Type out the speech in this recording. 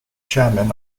chairman